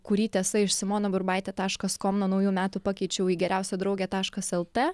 kurį tiesa iš simona burbaitė taškas kom nuo naujų metų pakeičiau į geriausią draugę taškas lt